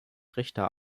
richter